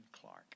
Clark